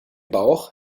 bauch